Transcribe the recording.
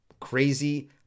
crazy